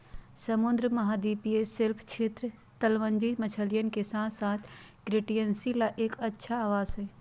समृद्ध महाद्वीपीय शेल्फ क्षेत्र, तलमज्जी मछलियन के साथसाथ क्रस्टेशियंस ला एक अच्छा आवास हई